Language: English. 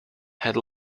had